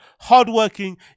hardworking